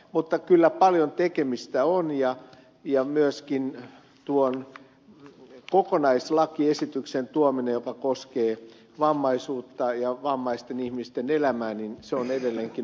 mutta kyllä paljon tekemistä on ja myöskin tuon kokonaislakiesityksen tuominen joka koskee vammaisuutta ja vammaisten ihmisten elämää on edelleenkin odotuttanut itseään